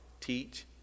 teach